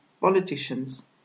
politicians